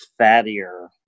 fattier